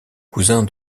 cousin